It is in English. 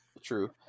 true